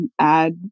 add